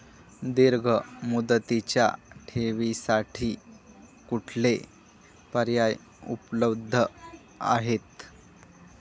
दीर्घ मुदतीच्या ठेवींसाठी कुठले पर्याय उपलब्ध आहेत?